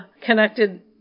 connected